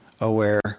aware